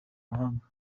mahanga